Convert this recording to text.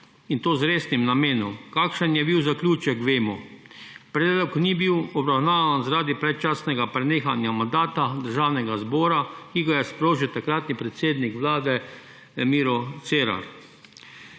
in to z resnim namenom. Kakšen je bil zaključek vemo. Predlog ni bil obravnavan zaradi predčasnega prenehanja mandata državnega zbora, ki ga je sprožil takratni predsednik Vlade Miro Cerar.